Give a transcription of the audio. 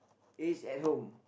is at home